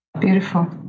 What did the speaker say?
Beautiful